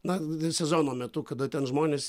na sezono metu kada ten žmonės